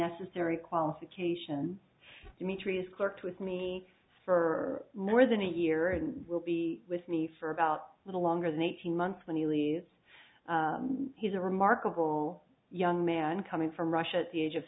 necessary qualification demetrius clerked with me for more than a year and will be with me for about a little longer than eighteen months when he leaves he's a remarkable young man coming from russia at the age of